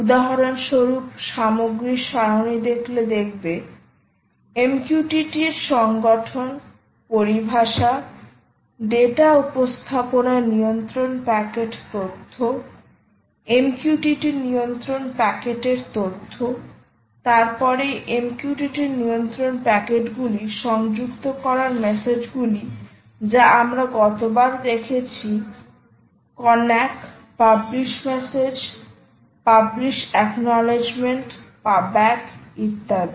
উদাহরণস্বরূপ সামগ্রীর সারণী দেখলে দেখবে MQTT এর সংগঠন পরিভাষা ডেটা উপস্থাপনা নিয়ন্ত্রণ প্যাকেট তথ্য MQTT নিয়ন্ত্রণ প্যাকেটের তথ্য তারপরে MQTT নিয়ন্ত্রণ প্যাকেটগুলি সংযুক্ত করার মেসেজগুলি যা আমরা গতবার দেখেছিকন্নাকপাবলিশ মেসেজপাবলিশ একনলেজমেন্ট PUBACK ইত্যাদি